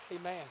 Amen